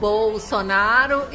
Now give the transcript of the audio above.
Bolsonaro